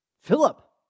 Philip